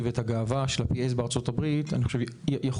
ואת הגאווה של ה- PA בארצות הברית יכול להבין.